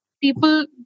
people